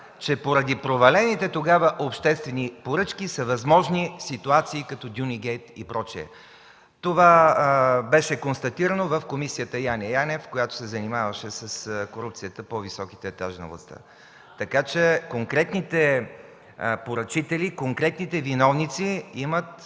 че поради провалените тогава обществени поръчки, са възможни ситуации като „Дюнигейт” и прочие. Това беше констатирано в Комисията „Яне Янев”, която се занимаваше с корупцията по високите етажи на властта. Така че конкретните поръчители, конкретните виновници имат